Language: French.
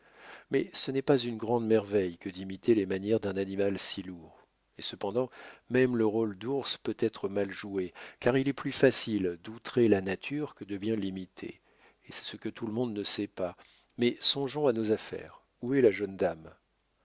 mais ce n'est pas une grande merveille que d'imiter les manières d'un animal si lourd et cependant même le rôle d'ours peut être mal joué car il est plus facile d'outrer la nature que de bien l'imiter et c'est ce que tout le monde ne sait pas mais songeons à nos affaires où est la jeune dame